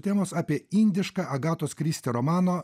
temos apie indišką agatos kristi romano